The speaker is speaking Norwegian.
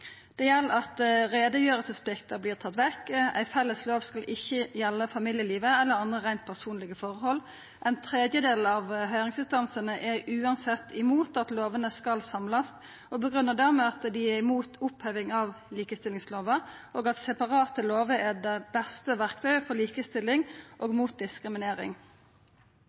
Det gjeld at plikta for arbeidsgivarar til å gjera greie for likestillingstiltak vert teken vekk, og at ei felles lov ikkje skal gjelda familielivet eller andre reint personlege forhold. Ein tredjedel av høyringsinstansane er uansett imot at lovene skal samlast, og grunngir det med at dei er imot oppheving av likestillingslova, og at separate lover er det beste verktøyet for likestilling og mot diskriminering.